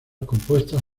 compuestas